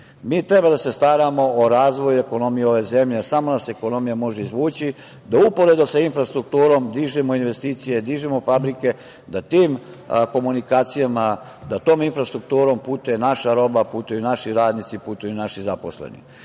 mi. Mi treba da se staramo o razvoju i ekonomiji ove zemlje, jer samo nas ekonomija može izvući, da uporedo sa infrastrukturom dižemo investicije, dižemo fabrike, da tim komunikacijama, da tom infrastrukturom putuje naša roba, putuju naši radnici, putuju naši zaposleni.